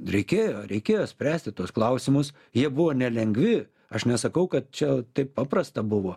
reikėjo reikėjo spręsti tuos klausimus jie buvo nelengvi aš nesakau kad čia taip paprasta buvo